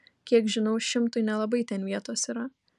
kiek žinau šimtui nelabai ten vietos yra